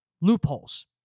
loopholes